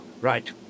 Right